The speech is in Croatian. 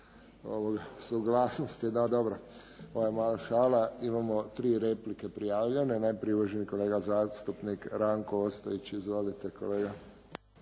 ovoj suglasnosti. Da, dobro. Ovo je mala šala. Imamo tri replike prijavljene. Najprije uvaženi kolega zastupnik Ranko Ostojić. Izvolite kolega.